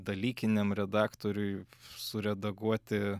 dalykiniam redaktoriui suredaguoti